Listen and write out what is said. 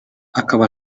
akaba